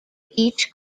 each